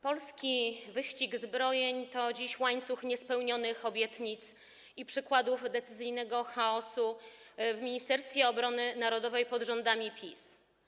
Polski wyścig zbrojeń to dziś łańcuch niespełnionych obietnic i przykładów decyzyjnego chaosu w Ministerstwie Obrony Narodowej pod rządami PiS.